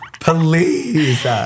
Police